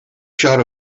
shot